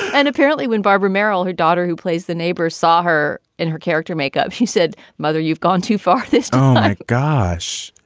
and apparently, when barbara merill, her daughter, who plays the neighbor, saw her in her character makeup, she said, mother, you've gone too far. this oh, my gosh.